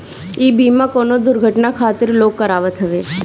इ बीमा कवनो दुर्घटना खातिर लोग करावत हवे